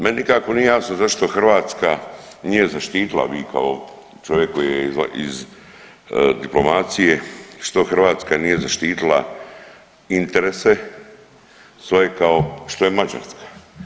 Meni nikako nije jasno zašto Hrvatska nije zaštitila, a vi kao čovjek koji je iz diplomacije, što Hrvatska nije zaštitila interese svoje kao što je Mađarska.